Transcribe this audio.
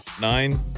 nine